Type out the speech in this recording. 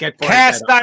Cast